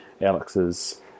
alex's